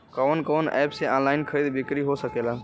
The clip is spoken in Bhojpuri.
कवन कवन एप से ऑनलाइन खरीद बिक्री हो सकेला?